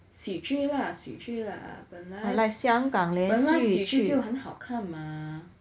喜剧 lah 喜剧 lah 本来喜剧就很好看嘛